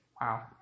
Wow